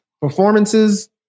Performances